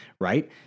right